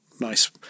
nice